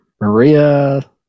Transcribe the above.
Maria